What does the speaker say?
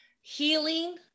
healing